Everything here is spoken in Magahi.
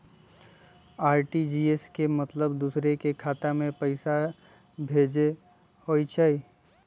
आर.टी.जी.एस के मतलब दूसरे के खाता में पईसा भेजे होअ हई?